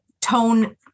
tone